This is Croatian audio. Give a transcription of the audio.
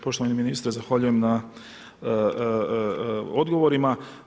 Poštovani ministre, zahvaljujem na odgovorima.